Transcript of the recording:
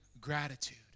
gratitude